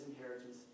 inheritance